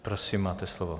Prosím, máte slovo.